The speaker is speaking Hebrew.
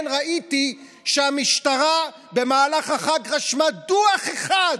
כן, ראיתי שהמשטרה במהלך החג רשמה דוח אחד,